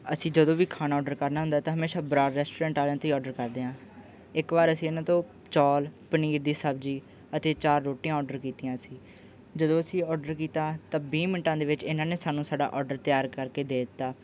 ਅਸੀਂ ਜਦੋਂ ਵੀ ਖਾਣਾ ਔਡਰ ਕਰਨਾ ਹੁੰਦਾ ਤਾਂ ਹਮੇਸ਼ਾ ਬਰਾੜ ਰੈਸਟੋਰੈਂਟ ਵਾਲਿਆਂ ਤੋਂ ਹੀ ਔਡਰ ਕਰਦੇ ਹਾਂ ਇੱਕ ਵਾਰ ਅਸੀਂ ਇਹਨਾਂ ਤੋਂ ਚੌਲ ਪਨੀਰ ਦੀ ਸਬਜ਼ੀ ਅਤੇ ਚਾਰ ਰੋਟੀਆਂ ਔਡਰ ਕੀਤੀਆਂ ਸੀ ਜਦੋਂ ਅਸੀਂ ਔਡਰ ਕੀਤਾ ਤਾਂ ਵੀਹ ਮਿੰਟਾਂ ਦੇ ਵਿੱਚ ਇਹਨਾਂ ਨੇ ਸਾਨੂੰ ਸਾਡਾ ਔਡਰ ਤਿਆਰ ਕਰਕੇ ਦੇ ਦਿੱਤਾ